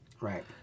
Right